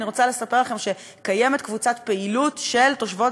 אני רוצה לספר לכם שקיימת קבוצת פעילות של תושבות